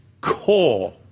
core